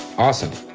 awesome!